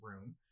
room